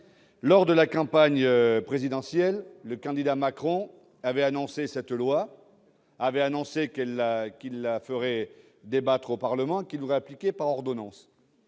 Lors de la campagne présidentielle, le candidat Macron avait annoncé cette loi. Il avait annoncé qu'il la ferait débattre au Parlement et qu'elle serait appliquée par ordonnances.